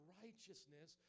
righteousness